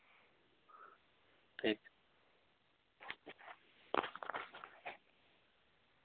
ᱴᱷᱤᱠ